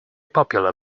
popular